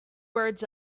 words